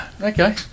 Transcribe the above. Okay